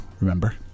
remember